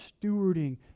stewarding